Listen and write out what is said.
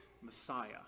Messiah